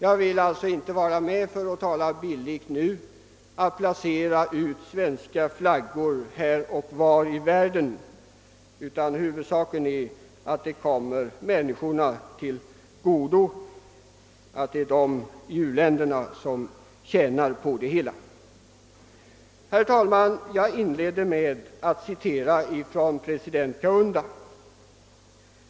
Jag vill alltså, bildligt talat, inte vara med om att placera ut svenska flaggor här och var i världen, utan huvudsaken är att vårt bistånd kommer människorna i uländerna till godo. Herr talman! Jag inledde mitt anförande med ett citat av president Kaunda.